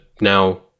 now